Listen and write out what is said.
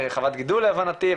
חוות גידול להבנתי,